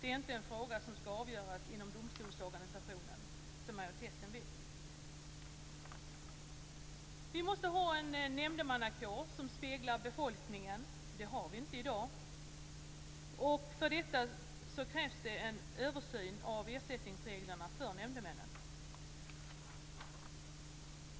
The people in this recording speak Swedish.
Det är inte en fråga som skall avgöras inom domstolsorganisationen, som majoriteten vill. Det har vi inte i dag. För detta krävs det en översyn av ersättningsreglerna för nämndemännen.